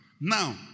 now